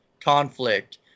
Conflict